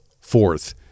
Fourth